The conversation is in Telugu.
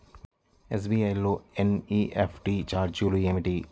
ఎస్.బీ.ఐ లో ఎన్.ఈ.ఎఫ్.టీ ఛార్జీలు ఏమిటి?